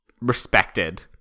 respected